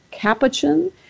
capuchin